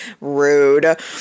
Rude